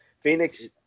Phoenix